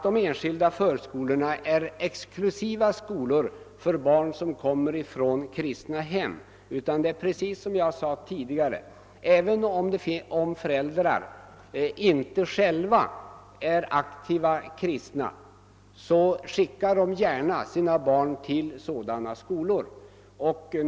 De enskilda förskolorna är inte exklusiva skolor för barn som kommer från kristna hem. Som jag sade tidigare skickar föräldrar som inte själva är aktiva kristna gärna sina barn till sådana skolor.